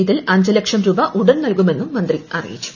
ഇതിൽ അഞ്ച് ലക്ഷം രൂപ ഉടൻ നൽകുമെന്നും മന്ത്രി അറിയിച്ചു